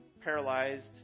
paralyzed